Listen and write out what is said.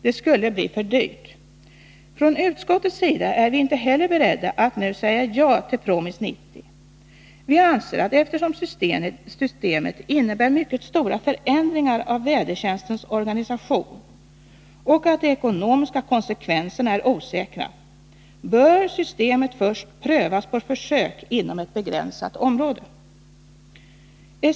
Det skulle bli för dyrt. Från utskottets sida är vi inte heller beredda att nu säga ja till PROMIS 90. Vi anser att eftersom systemet innebär mycket stora förändringar av vädertjänstens organisation och de ekonomiska konsekvenserna är osäkra, bör systemet först prövas på försök inom ett begränsat område.